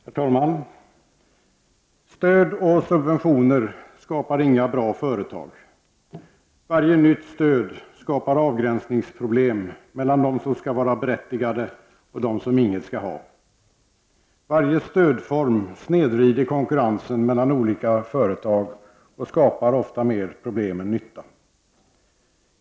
Herr talman! Stöd och subventioner skapar inga bra företag. Varje nytt stöd skapar avgränsningsproblem mellan de som skall vara berättigade och de som inget skall ha, varför stödform snedvrider konkurrensen mellan olika företag och ofta skapar mer problem än nytta.